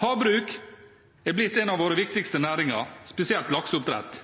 Havbruk er blitt en av våre viktigste næringer, spesielt